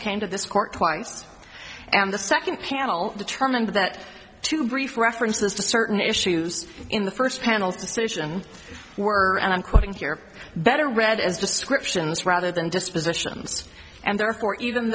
came to this court twice and the second panel determined that two brief references to certain issues in the first panel's decision were and i'm quoting here better read as descriptions rather than dispositions and therefore even